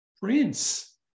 prince